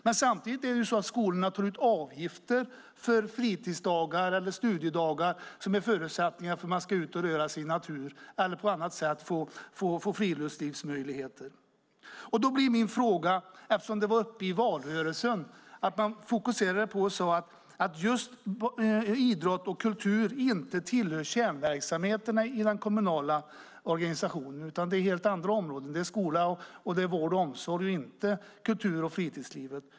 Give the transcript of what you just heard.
Men samtidigt tar skolorna ut avgifter för friluftsdagar eller studiedagar som är förutsättningar för att man ska ut och röra sig i naturen eller på annat sätt få möjligheter till friluftsliv. Då har jag en fråga, eftersom detta var uppe i valrörelsen. Då sade man att just idrott och kultur inte tillhör kärnverksamheterna i den kommunala organisationen, utan att man fokuserar på helt andra områden, som skola, vård och omsorg, inte kultur och fritidslivet.